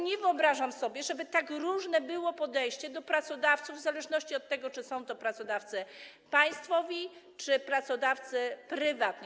Nie wyobrażam sobie, żeby tak różne było podejście do pracodawców w zależności od tego, czy są to pracodawcy państwowi, czy pracodawcy prywatni.